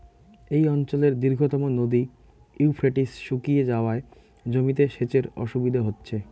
এই অঞ্চলের দীর্ঘতম নদী ইউফ্রেটিস শুকিয়ে যাওয়ায় জমিতে সেচের অসুবিধে হচ্ছে